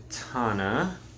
Katana